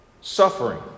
suffering